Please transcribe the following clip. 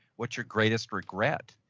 what's your greatest regret?